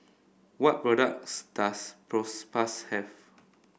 what products does Propass have